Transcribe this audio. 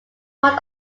part